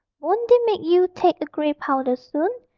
won't they make you take a grey powder soon?